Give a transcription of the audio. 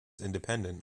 independent